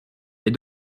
est